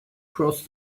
cross